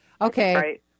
Okay